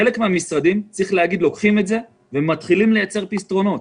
חלק מהמשרדים לוקחים את זה ומתחילים לייצר פתרונות,